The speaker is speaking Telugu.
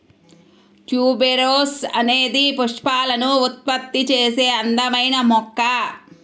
ట్యూబెరోస్ అనేది పుష్పాలను ఉత్పత్తి చేసే అందమైన మొక్క